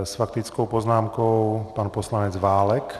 S faktickou poznámkou pan poslanec Válek.